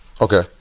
Okay